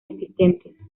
existentes